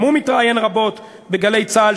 גם הוא מתראיין רבות ב"גלי צה"ל",